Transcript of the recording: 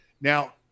Now